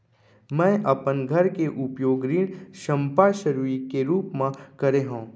मै अपन घर के उपयोग ऋण संपार्श्विक के रूप मा करे हव